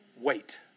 Wait